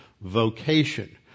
vocation